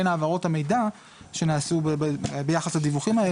העברות המידע שנעשו ביחס לדיווחים האלה,